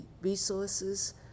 resources